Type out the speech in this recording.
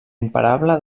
imparable